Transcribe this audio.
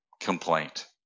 complaint